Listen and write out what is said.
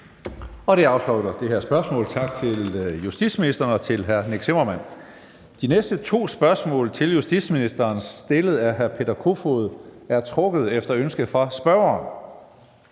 Det afslutter det her spørgsmål. Tak til justitsministeren og til hr. Nick Zimmermann. De næste to spørgsmål til justitsministeren stillet af hr. Peter Kofod er trukket efter ønske fra spørgeren.